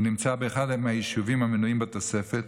הוא נמצא באחד מהיישובים המנויים בתוספת,